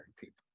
people